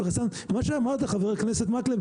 ומה שאמרת ח"כ מקלב,